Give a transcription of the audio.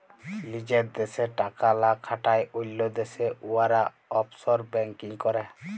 লিজের দ্যাশে টাকা লা খাটায় অল্য দ্যাশে উয়ারা অফশর ব্যাংকিং ক্যরে